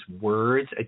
words